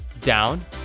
down